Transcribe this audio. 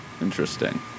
interesting